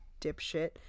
dipshit